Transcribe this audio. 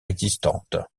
existantes